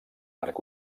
arc